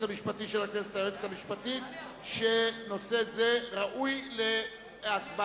המשפטי של הכנסת שנושא זה ראוי להצבעה.